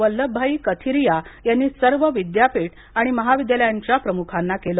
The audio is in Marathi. वल्लभभाई कथीरिया यांनी सर्व विद्यापीठ आणि महाविद्यालयांच्या प्रमुखांना केलं